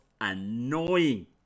annoying